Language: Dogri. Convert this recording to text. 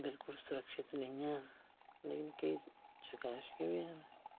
बिलकुल सुरक्षित नेईं हैन लेकिन किश अच्छियां बी हैन